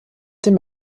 dem